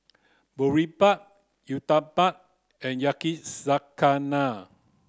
Boribap Uthapam and Yakizakana